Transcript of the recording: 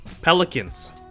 pelicans